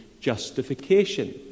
justification